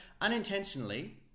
unintentionally